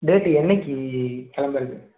date என்றைக்கு கிளம்பறது